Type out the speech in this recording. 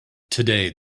today